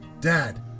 dad